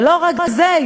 ולא רק זה,